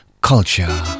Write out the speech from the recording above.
Culture